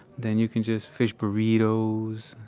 then you can just fish burritos,